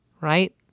right